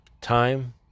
time